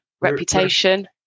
reputation